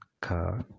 car